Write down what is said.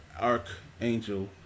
archangel